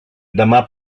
demà